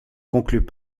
conclut